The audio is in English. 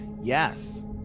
yes